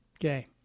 Okay